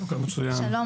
שלום,